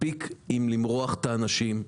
מספיק עם למרוח את האנשים.